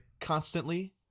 constantly